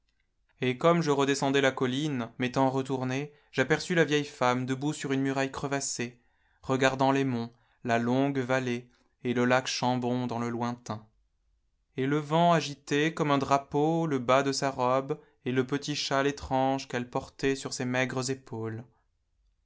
et comme je redescendais la colline m'étant retourné j'aperçus la vieille femme debout sur une muraille crevassée regardant les monts la longue vallée et le lac chambon dans le lointain et le vent agitait comme un drapeau le bas de sa robe et le petit chale étrange qu'elle portait sur ses maigres épaules